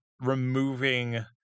removing